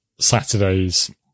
saturday's